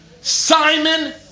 Simon